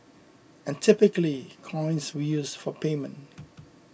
and typically coins were used for payment